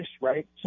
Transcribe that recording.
right